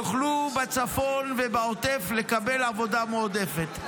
יוכלו בצפון ובעוטף לקבל עבודה מועדפת.